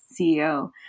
ceo